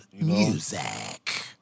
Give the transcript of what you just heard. music